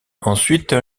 ensuite